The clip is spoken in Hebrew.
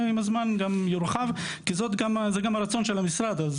ועם הזמן גם יורחב כי זה גם הרצון של המשרד.